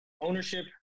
ownership